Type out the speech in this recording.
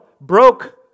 broke